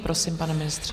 Prosím, pane ministře.